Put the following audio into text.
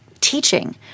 teaching